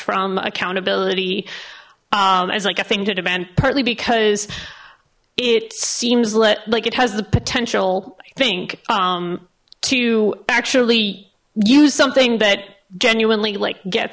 from accountability as like a thing to demand partly because it seems like it has the potential i think to actually use something that genuinely like get